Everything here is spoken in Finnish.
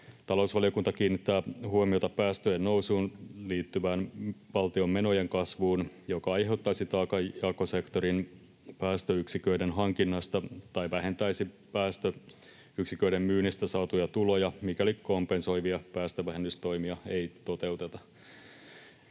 Talousvaliokunta kiinnittää huomiota päästöjen nousuun liittyvään valtion menojen kasvuun, joka aiheutuisi taakanjakosektorin päästöyksiköiden hankinnasta tai vähentäisi päästöyksiköiden myynnistä saatuja tuloja, mikäli kompensoivia päästövähennystoimia ei toteuteta.